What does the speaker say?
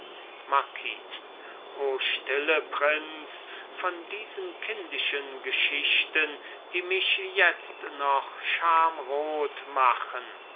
marquis o stille prinz von diesen kindischen geschichten die mich jetzt noch schamrot machen